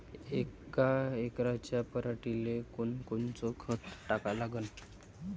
यका एकराच्या पराटीले कोनकोनचं खत टाका लागन?